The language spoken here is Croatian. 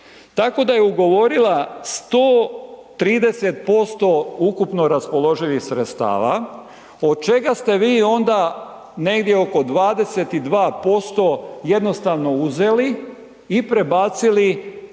Tako da je ugovorila 130% ukupno raspoloživih sredstava o čega ste vi onda negdje oko 22% jednostavno uzeli i prebacili